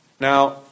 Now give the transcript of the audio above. Now